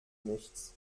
nichts